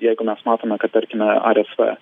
jeigu mes matome kad tarkime rsv